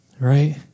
right